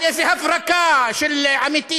על איזו הברקה של עמיתי,